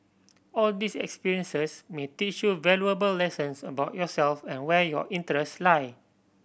all these experiences may teach you valuable lessons about yourself and where your interests lie